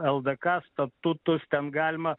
ldk statutus ten galima